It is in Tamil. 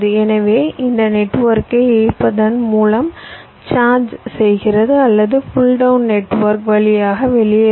எனவே இது நெட்வொர்க்கை இழுப்பதன் மூலம் சார்ஜ் செய்கிறது அல்லது புல் டவுன் நெட்வொர்க் வழியாக வெளியேற்றும்